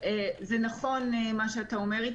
זה נכון מה שאתה אומר.